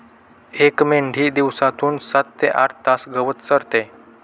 एक मेंढी दिवसातून सात ते आठ तास गवत चरते